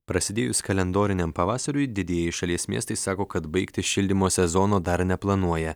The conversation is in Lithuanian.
prasidėjus kalendoriniam pavasariui didieji šalies miestai sako kad baigti šildymo sezono dar neplanuoja